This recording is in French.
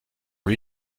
lui